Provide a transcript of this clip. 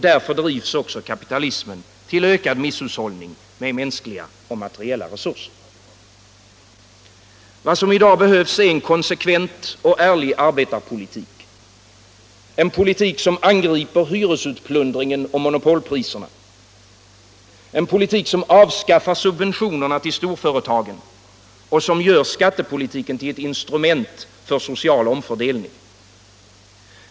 Därför drivs kapitalismen till ökad misshushållning med mänskliga och materiella resurser. Vad som i dag behövs är en konsekvent och ärlig arbetarpolitik. En politik som angriper hyresutplundring och monopolpriser. En politik som avskaffar subventionerna till storföretagen och som gör skattepolitiken till ett instrument för omfördelning.